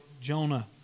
Jonah